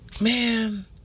man